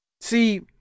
See